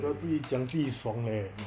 不要自己讲自己爽 eh